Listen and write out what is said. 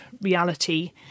reality